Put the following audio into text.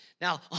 Now